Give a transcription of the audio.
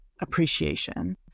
appreciation